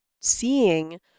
seeing